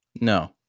No